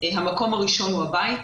המקום הראשון הוא הבית,